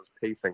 pacing